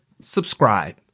subscribe